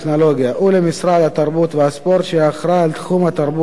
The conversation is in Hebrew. ולמשרד התרבות והספורט שיהיה אחראי לתחום התרבות והספורט.